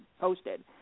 posted